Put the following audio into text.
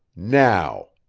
now.